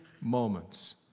moments